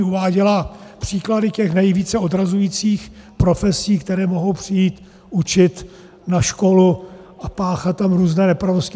Uváděla příklady těch nejvíce odrazujících profesí, které mohou přijít učit na školu a páchat tam různé nepravosti.